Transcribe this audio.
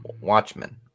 Watchmen